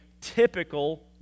typical